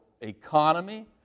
economy